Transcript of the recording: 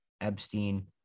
Epstein